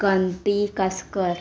Kanti Kaskar